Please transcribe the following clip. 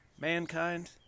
Mankind